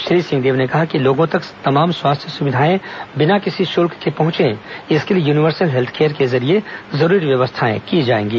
श्री सिंहदेव ने कहा कि लोगों तक तमाम स्वास्थ्य सुविधाएं बिना किसी शुल्क के पहुंचे इसके लिए यूनिवर्सल हेल्थ केयर के जरिये जरूरी व्यवस्थाएं की जाएंगी